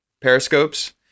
periscopes